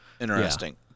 Interesting